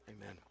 Amen